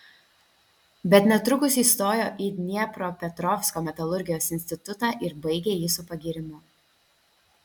bet netrukus įstojo į dniepropetrovsko metalurgijos institutą ir baigė jį su pagyrimu